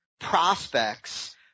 prospects